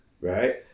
Right